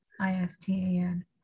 I-S-T-A-N